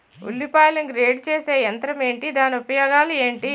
ఉల్లిపాయలను గ్రేడ్ చేసే యంత్రం ఏంటి? దాని ఉపయోగాలు ఏంటి?